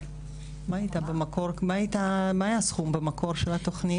מה היה הסכום במקור של התוכנית?